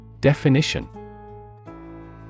Definition